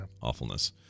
awfulness